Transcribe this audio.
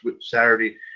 Saturday